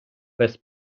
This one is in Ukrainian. без